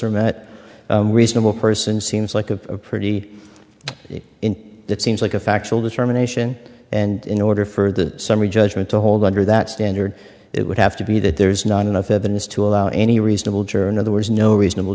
are met reasonable person seems like a pretty in that seems like a factual determination and in order for the summary judgment to hold under that standard it would have to be that there is not enough evidence to allow any reasonable juror in other words no reasonable